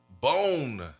Bone